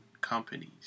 companies